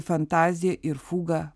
fantazija ir fuga